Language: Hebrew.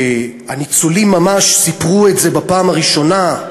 כשהניצולים ממש סיפרו את זה בפעם הראשונה,